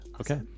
okay